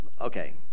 okay